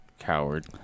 Coward